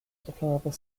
deplorable